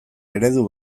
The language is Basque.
eredu